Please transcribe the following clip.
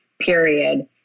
period